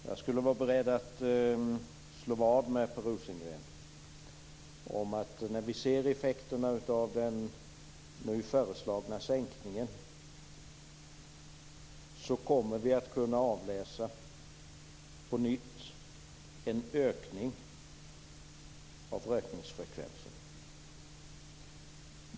Jag skulle vara beredd att slå vad med Per Rosengren om att när vi ser effekterna av den nu föreslagna sänkningen kommer vi på nytt att kunna avläsa en ökning av rökningen.